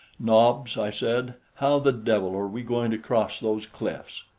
nobs, i said, how the devil are we going to cross those cliffs?